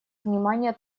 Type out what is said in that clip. внимания